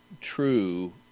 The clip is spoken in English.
true